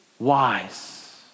Wise